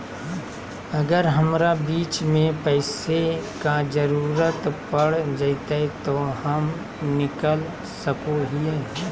अगर हमरा बीच में पैसे का जरूरत पड़ जयते तो हम निकल सको हीये